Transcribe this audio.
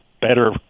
better